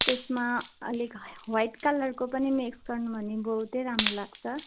त्यसमा अलिक वाइट कलरको पनि मिक्स गर्नु भने बहुतै राम्रो लाग्छ